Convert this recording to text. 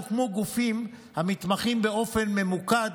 הוקמו גופים המתמחים באופן ממוקד